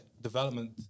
development